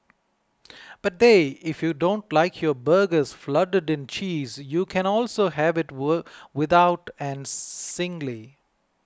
but they if you don't like your burgers flooded in cheese you can also have it without and singly